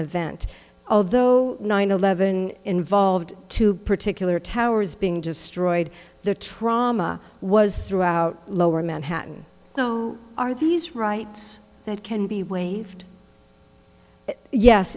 event although nine eleven involved two particular towers being destroyed the trauma was throughout lower manhattan so are these rights that can be waived yes